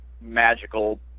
magical